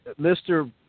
Mr